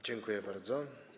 Dziękuję bardzo.